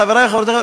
חברי חברי הכנסת,